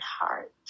heart